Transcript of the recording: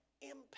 impact